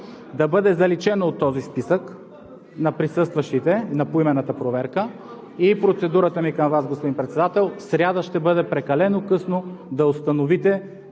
да бъде заличено от списъка на присъстващите на поименната проверка. Процедурата ми към Вас, господин Председател, в сряда ще бъде прекалено късно да установите,